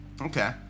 Okay